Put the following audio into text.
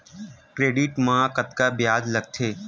Credit मा कतका ब्याज लगथे?